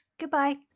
Goodbye